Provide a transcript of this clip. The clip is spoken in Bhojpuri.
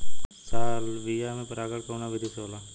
सालविया में परागण कउना विधि से होला?